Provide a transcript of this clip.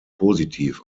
positiv